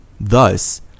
thus